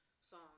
song